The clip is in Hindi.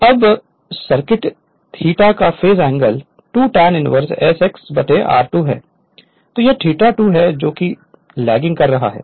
Refer Slide Time 2728 अब सर्किट थीटा का phase angle 2 tan inverse s X 2 r2 है तो यह थीटा 2 है जो कि लेगिंग कर रहा है